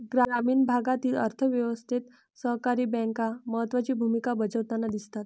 ग्रामीण भागातील अर्थ व्यवस्थेत सहकारी बँका महत्त्वाची भूमिका बजावताना दिसतात